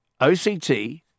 OCT